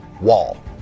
wall